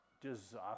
disaster